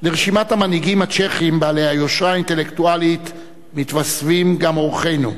לרשימת המנהיגים הצ'כים בעלי היושרה האינטלקטואלית מתווספים גם אורחינו,